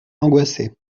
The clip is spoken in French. angoissé